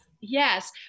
Yes